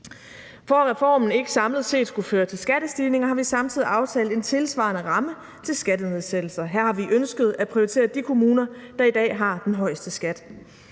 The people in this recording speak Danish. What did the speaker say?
For at reformen ikke samlet set skulle føre til skattestigninger, har vi samtidig aftalt en tilsvarende ramme til skattenedsættelser. Her har vi ønsket at prioritere de kommuner, der i dag har den højeste skat.